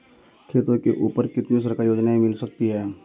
खेतों के ऊपर कितनी सरकारी योजनाएं मिल सकती हैं?